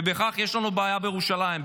ובכך יש לנו בעיה בירושלים,